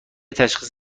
تشخیص